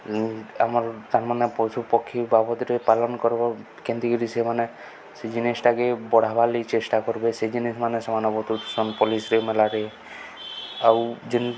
ଆମର୍ ତାମାନେ ପଶୁ ପକ୍ଷୀ ବାବଦ୍ରେ ପାଳନ୍ କର୍ବ କେନ୍ତିକିରି ସେମାନେ ସେ ଜିନିଷ୍ଟାକେ ବଢ଼ାବାର୍ ଲାଗି ଚେଷ୍ଟା କର୍ବେ ସେ ଜିନଷ୍ମାନେ ସେମାନେ ବତଉଥିସନ୍ ପଲ୍ଲୀଶ୍ରୀ ମେଲାରେ ଆଉ ଯେନ୍